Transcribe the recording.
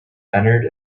entered